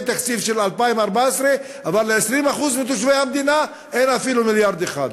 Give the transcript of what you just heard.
תקציב של 2014 אבל ל-20% מתושבי המדינה אין אפילו מיליארד אחד.